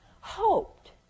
hoped